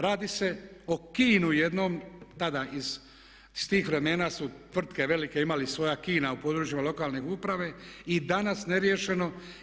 Radi se o kinu jednom tada iz tih vremena su tvrtke velike imale svoja kina u područjima lokalne uprave i danas neriješeno.